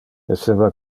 esseva